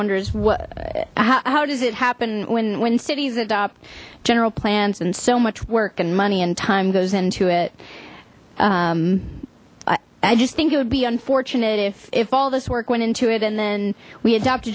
wonder is what how does it happen when when cities adopt general plans and so much work and money and time goes into it i just think it would be unfortunate if if all this work went into it and then we adopt